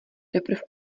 teprv